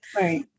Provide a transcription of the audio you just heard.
Right